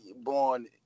born